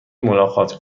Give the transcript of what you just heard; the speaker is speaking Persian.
ملاقات